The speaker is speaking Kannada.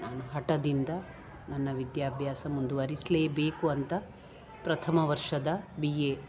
ನಾನು ಹಠದಿಂದ ನನ್ನ ವಿದ್ಯಾಭ್ಯಾಸ ಮುಂದುವರಿಸಲೇಬೇಕು ಅಂತ ಪ್ರಥಮ ವರ್ಷದ ಬಿ ಎ